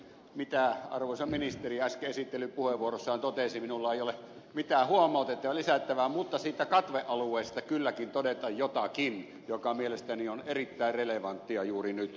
siihen mitä arvoisa ministeri äsken esittelypuheenvuorossaan totesi minulla ei ole mitään huomautettavaa ja lisättävää mutta siitä katvealueesta kylläkin totean jotakin joka mielestäni on erittäin relevanttia juuri nyt